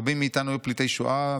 רבים מאיתנו היו פליטי שואה,